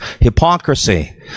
hypocrisy